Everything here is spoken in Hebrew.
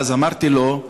אמרתי לו: